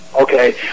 Okay